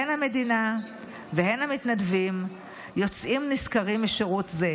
הן המדינה והן המתנדבים יוצאים נשכרים משירות זה.